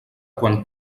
quan